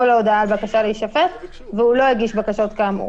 להודעה על בקשה להישפט והוא לא הגיש בקשות כאמור.